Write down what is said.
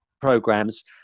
programs